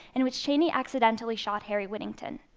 in which cheney accidentally shot harry whittington.